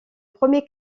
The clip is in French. premier